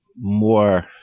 more